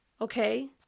okay